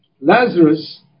Lazarus